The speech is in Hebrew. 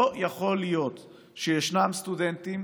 לא יכול להיות שישנם סטודנטים